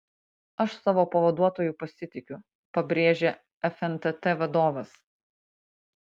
aš savo pavaduotoju pasitikiu pabrėžė fntt vadovas